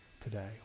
today